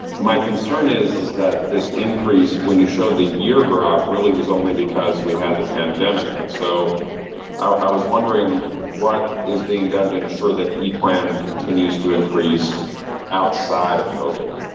my concern is is that this increase when you showed the year graph really was only because we had the pandemic. and so i was wondering what is being done to ensure that the plan continues to increase outside of covid.